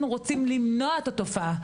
אנחנו רוצים למנוע את התופעה.